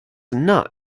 not